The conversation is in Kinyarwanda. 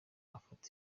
afata